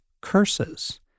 curses